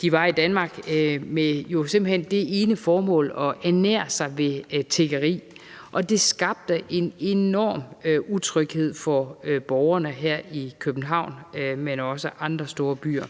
De var i Danmark med det ene formål at ernære sig ved tiggeri. Og det skabte en enorm utryghed for borgerne her i København, men også i andre store byer.